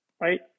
right